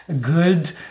good